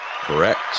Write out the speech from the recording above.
correct